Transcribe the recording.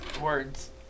Words